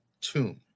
tomb